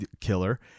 killer